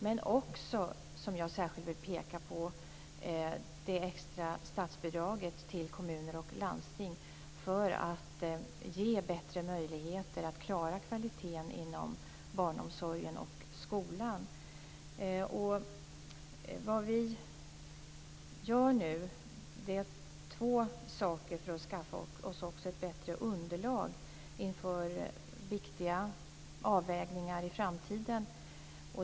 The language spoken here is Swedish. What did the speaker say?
Men jag vill också särskilt peka på det extra statsbidraget till kommuner och landsting för att ge bättre möjligheter att klara kvaliteten inom barnomsorgen och skolan. Vi gör nu två saker för att skaffa oss ett bättre underlag inför viktiga avvägningar i framtiden.